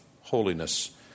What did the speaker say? holiness